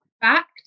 fact